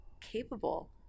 capable